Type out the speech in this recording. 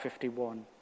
51